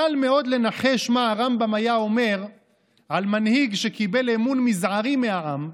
קל מאוד לנחש מה הרמב"ם היה אומר על מנהיג שקיבל אמון מזערי מהעם,